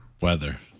weather